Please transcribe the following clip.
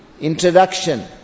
Introduction